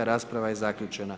a rasprava je zaključena.